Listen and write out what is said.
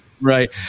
Right